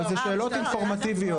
אלה שאלות אינפורמטיביות.